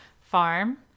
Farm